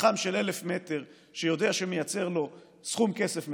מתחם של 1,000 מטר שיודע שמייצר לו סכום כסף מסוים,